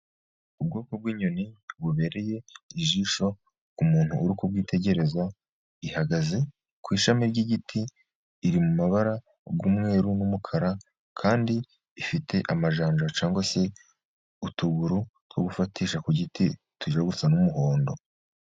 Ubwoko bw'inyoni bubereye ijisho, umuntu uri kubwitegereza ihagaze ku ishami ry'igiti, iri mu mabara y'umweru n'umukara, kandi ifite amajanja cyangwa se utuguru two gufatisha ku giti tujya gusa n'umuhondo.